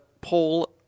Paul